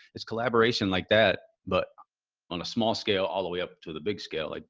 it's collaboration like that. but on a small scale, all the way up to the big scale, like